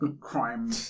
crime